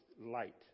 light